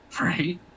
right